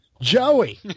Joey